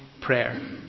prayer